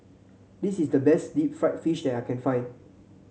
this is the best Deep Fried Fish that I can find